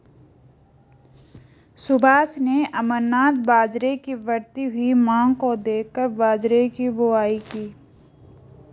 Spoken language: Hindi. सुभाष ने अमरनाथ बाजरे की बढ़ती हुई मांग को देखकर बाजरे की बुवाई की